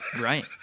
Right